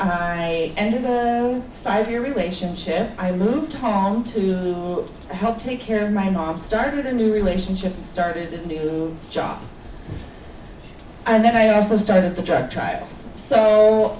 and five year relationship i moved home to help take care of my mom started a new relationship started a new jock and then i also started the drug trial so